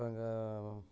இப்போ அங்கே